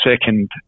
second